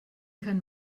kein